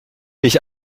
dich